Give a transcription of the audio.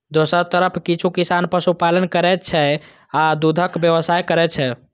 दोसर तरफ किछु किसान पशुपालन करै छै आ दूधक व्यवसाय करै छै